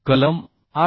कलम 8